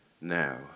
now